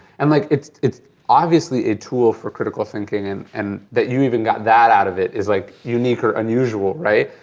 and like it's it's obviously a tool for critical thinking and and that you even got that out of it, is like unique or unusual, right?